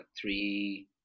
three